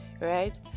right